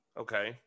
Okay